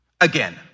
again